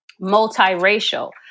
multiracial